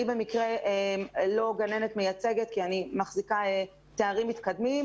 אני במקרה לא גננת מייצגת כי אני מחזיקה תארים מתקדמים,